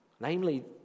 Namely